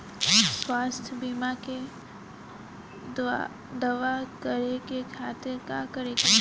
स्वास्थ्य बीमा के दावा करे के खातिर का करे के होई?